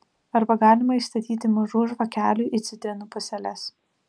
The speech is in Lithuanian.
arba galima įstatyti mažų žvakelių į citrinų puseles